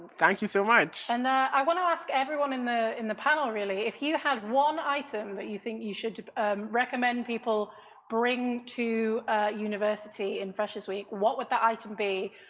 thank you so much? and i want to ask everyone in the in the panel really if you had one item that you think you should recommend people bring to university in freshes week, what would that item be?